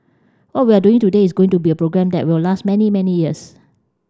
what we're doing today is going to be a program that will last many many years